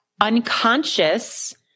unconscious